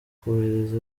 kohereza